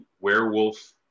werewolf